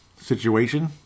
situation